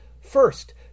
First